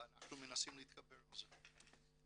אנחנו מנסים להתגבר על זה.